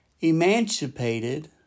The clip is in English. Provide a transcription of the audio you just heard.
emancipated